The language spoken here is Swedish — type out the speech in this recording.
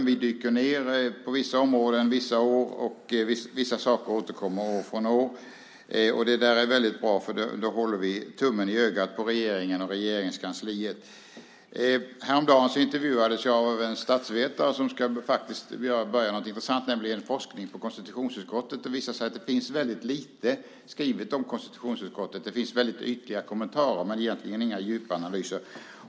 På vissa områden dyker vi ned vissa år, och vissa saker återkommer år efter år. Det där är väldigt bra, för då håller vi tummen i ögat på regeringen och Regeringskansliet. Häromdagen intervjuades jag av en statsvetare som ska börja med någonting intressant, med forskning om konstitutionsutskottet. Det visar sig nämligen att väldigt lite är skrivet om konstitutionsutskottet. Det finns väldigt ytliga kommentarer men egentligen inga djupanalyser.